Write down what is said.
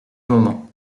moment